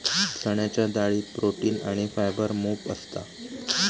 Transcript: चण्याच्या डाळीत प्रोटीन आणी फायबर मोप असता